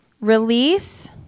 release